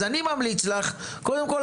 אני ממליץ לך: קודם כל,